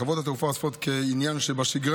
חברות התעופה אוספות נתונים כעניין שבשגרה